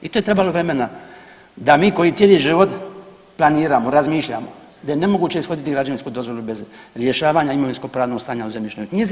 I to je trebalo vremena da mi koji cijeli život planiramo, razmišljamo da je nemoguće ishoditi građevinsku dozvolu bez rješavanja imovinsko-pravnog stanja u zemljišnoj knjizi.